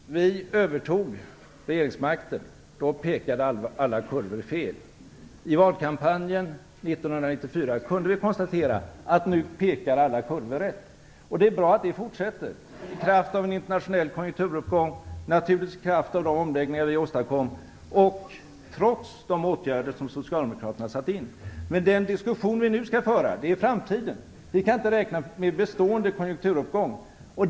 Fru talman! När vi övertog regeringsmakten pekade alla kurvor fel. I valkampanjen 1994 kunde vi konstatera att alla kurvor pekade rätt. Det är bra att ni fortsätter, i kraft av en internationell konjunkturuppgång, naturligtvis i kraft av de omläggningar vi åstadkom och trots de åtgärder som ni socialdemokrater satte in. Den diskussion vi nu skall föra gäller framtiden. Vi kan inte räkna med en bestående konjunkturuppgång.